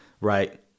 right